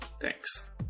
Thanks